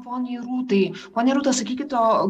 poniai rūtai ponia rūta sakykit o